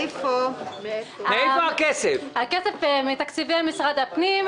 למה אי אפשר דרך המשרד לפיתוח הנגב והגליל?